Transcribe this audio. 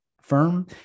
firm